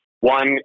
One